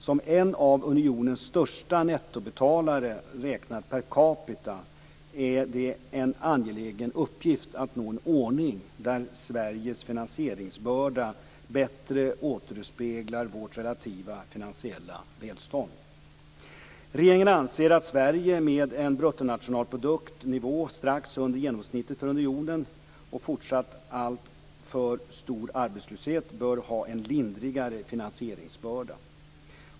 Som en av unionens största nettobetalare räknat per capita är det en angelägen uppgift att nå en ordning där Sveriges finansieringsbörda bättre återspeglar vårt relativa finansiella välstånd. Regeringen anser att Sverige, med en BNP-nivå strax under genomsnittet för unionen och fortsatt alltför stor arbetslöshet, bör ha en lindrigare finansieringsbörda.